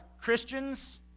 Christians